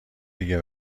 دیگه